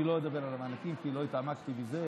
אני לא אדבר על המענקים, כי לא התעמקתי בזה.